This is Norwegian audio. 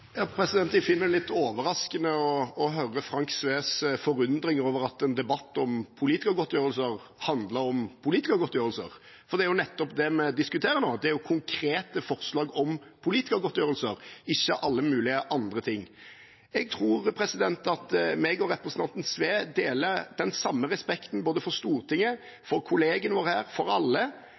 Jeg finner det litt overraskende å høre representanten Frank Sves forundring over at en debatt om politikergodtgjørelser handler om politikergodtgjørelser, for det er jo nettopp det vi diskuterer nå. Det er konkrete forslag om politikergodtgjørelser, ikke alle mulige andre ting. Jeg tror representanten Sve og jeg deler den samme respekten både for Stortinget, for kollegene våre her, for alle,